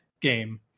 game